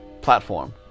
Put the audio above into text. platform